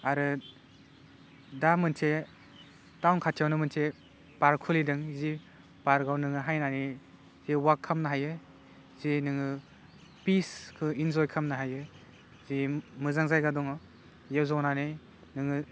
आरो दा मोनसे टाउन खाथियावनो मोनसे पार्क खुलिदों जि पार्कआव नोङो हायनानै हे वाक खालामनो हायो जे नोङो फिसखौ इन्जय खालामनो हायो जे मोजां जायगा दङ बेयाव जनानै नोङो